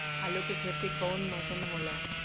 आलू के खेती कउन मौसम में होला?